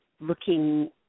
looking